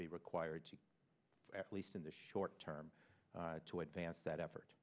be required to at least in the short term to advance that effort